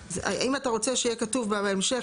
הנדרש,